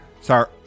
sorry